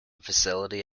facility